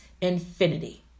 infinity